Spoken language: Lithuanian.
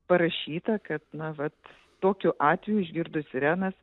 parašyta kad na vat tokiu atveju išgirdus sirenas